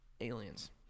aliens